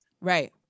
right